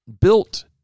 built